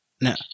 No